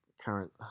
Current